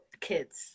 kids